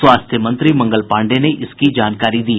स्वास्थ्य मंत्री मंगल पांडेय ने इसकी जानकारी दी